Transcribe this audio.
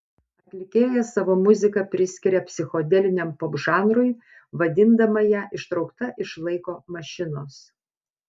atlikėja savo muziką priskiria psichodeliniam popžanrui vadindama ją ištraukta iš laiko mašinos